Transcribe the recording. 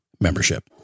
membership